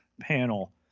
panel